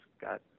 got